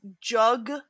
Jug